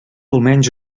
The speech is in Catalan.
almenys